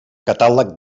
catàleg